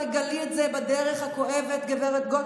את מיעוט, ואין לך שום יכולת להגן.